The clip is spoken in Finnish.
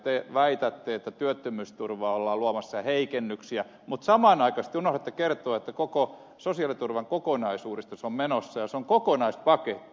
te väitätte että työttömyysturvaan ollaan luomassa heikennyksiä mutta samanaikaisesti unohdatte kertoa että koko sosiaaliturvan kokonaisuudistus on menossa ja se on kokonaispaketti